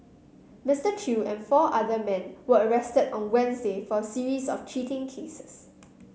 Mister Chew and four other men were arrested on Wednesday for a series of cheating cases